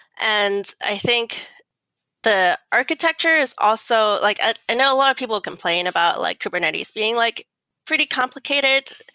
and i think the architecture is also like ah i know a lot of people complain about like kubernetes being like pretty complicated,